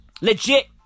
Legit